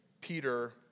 Peter